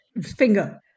finger